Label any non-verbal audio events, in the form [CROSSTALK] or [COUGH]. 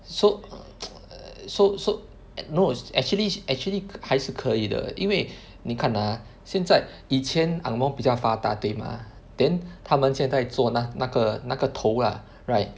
so err [NOISE] err so so ac~ no actually actually 还是可以的因为你看 ah 现在以前 ang moh 比较发达对 mah then 他们现在做那那个那个头 lah right